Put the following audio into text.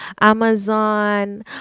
Amazon